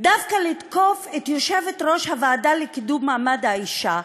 דווקא לתקוף את יושבת-ראש הוועדה לקידום מעמד האישה,